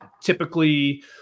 typically